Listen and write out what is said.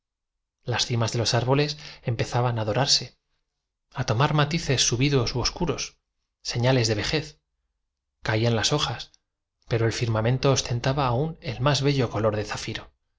las cimas de los árboles empezaban a dorar al subayudante francés con un nombre germánico sin respetos por el se a tomar matices subidos u ob scuros señales de vejez caían las romanticismo y el color local hojas pero el firmamento ostentaba aún el más bello color de zafiro